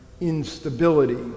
instability